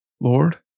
Lord